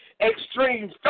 Extreme